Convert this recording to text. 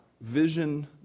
vision